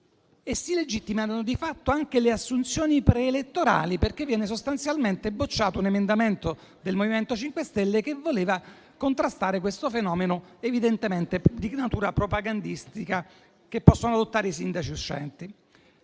e si legittimano di fatto anche le assunzioni preelettorali perché viene sostanzialmente bocciato un emendamento del MoVimento 5 Stelle che voleva contrastare questo fenomeno evidentemente di natura propagandistica, che possono adottare i sindaci uscenti.